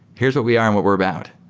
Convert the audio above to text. here's what we are and what we're about,